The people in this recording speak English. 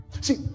See